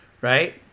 right